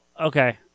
Okay